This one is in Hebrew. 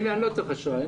אני לא צריך אשראי.